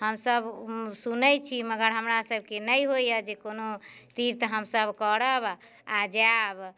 हमसभ सुनै छी मगर हमरा सभके नहि होइए जे कुनो तीर्थ हमसभ करब आओर जायब